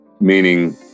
meaning